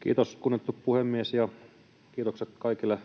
Kiitos, kunnioitettu puhemies! Kiitokset kaikille